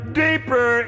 deeper